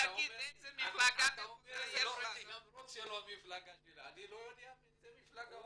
אני לא יודע איזו מפלגה.